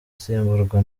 asimburwa